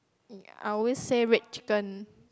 ya I always say red chicken